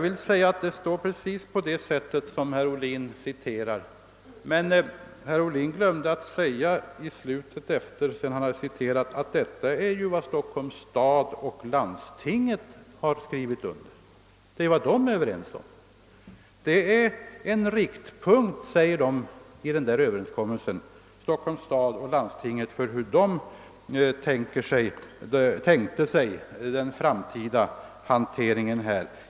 Det står där precis så, som herr Ohlin citerar, men herr Ohlin glömde att tillägga att detta är vad Stockholms stad och landstinget har skrivit under och att det i slutet av överenskommelsen talas om riktpunkten för hur Stockholms stad och landstinget tänkt sig den framtida handläggningen av trafikfrågan.